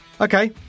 okay